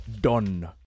done